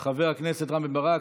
את חבר הכנסת רם בן ברק,